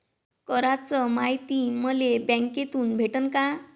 कराच मायती मले बँकेतून भेटन का?